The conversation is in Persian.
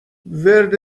ورد